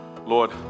Lord